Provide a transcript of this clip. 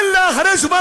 טלב,